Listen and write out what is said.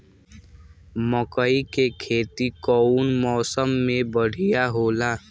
मकई के खेती कउन मौसम में बढ़िया होला?